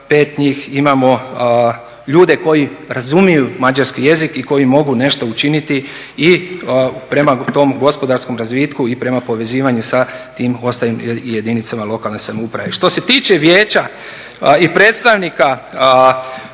u 5 njih imamo ljude koji razumiju mađarski jezik i koji mogu nešto učiniti i prema tom gospodarskom razvitku i prema povezivanju sa tim ostalim jedinicama lokalne samouprave. Što se tiče vijeća i predstavnika